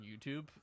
youtube